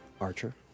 archer